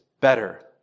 better